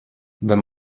wenn